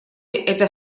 это